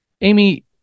Amy